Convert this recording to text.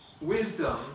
Wisdom